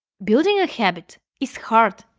building a habit is hard,